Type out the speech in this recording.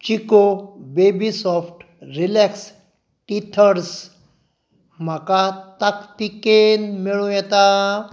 Chico baby soft relax teethers म्हाका ताकतिकेन मेळूं येता